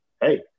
hey